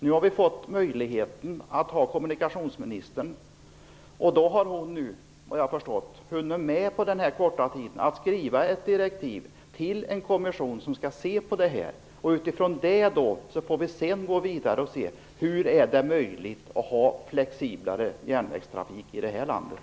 Nu har vi en ny kommunikationsminister. Hon har på den här korta tiden hunnit med att skriva ett direktiv till en kommission som skall undersöka detta. Sedan får vi gå vidare och se hur det är möjligt att ha flexiblare järnvägstrafik här i landet.